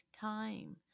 time